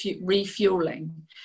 refueling